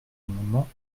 amendements